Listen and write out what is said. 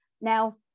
now